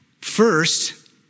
First